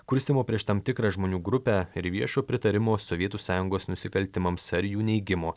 kurstymo prieš tam tikrą žmonių grupę ir viešo pritarimo sovietų sąjungos nusikaltimams ar jų neigimo